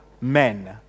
men